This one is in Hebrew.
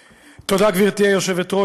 תודה, גברתי היושבת-ראש.